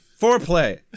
Foreplay